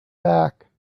back